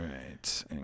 right